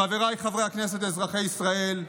חבריי חברי הכנסת, אזרחי ישראל,